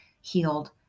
healed